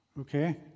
Okay